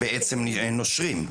נושרים?